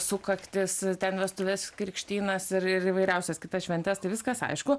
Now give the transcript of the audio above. sukaktis ten vestuves krikštynas ir įvairiausias kitas šventes tai viskas aišku